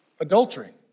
Adultery